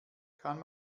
kann